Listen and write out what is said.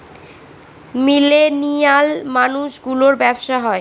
millennial মানুষ গুলোর ব্যাবসা হয়